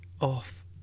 off